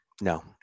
No